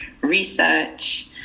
research